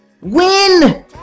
Win